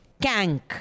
Kank